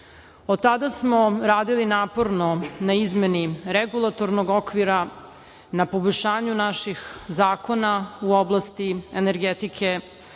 Od tada smo radili naporno na izmeni regulatornog okvira, na poboljšanju naših zakona u oblasti energetike,